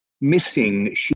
missing